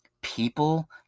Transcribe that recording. People